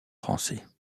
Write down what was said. français